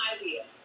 idea